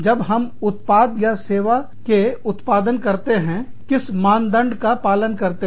जब हम उत्पाद या सेवा के उत्पादन करते हैं किस मानदंड का पालन करते हैं